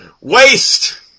Waste